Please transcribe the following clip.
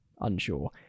unsure